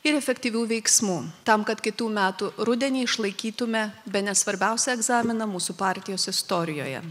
ir efektyvių veiksmų tam kad kitų metų rudenį išlaikytume bene svarbiausią egzaminą mūsų partijos istorijoje